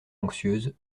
anxieuse